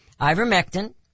ivermectin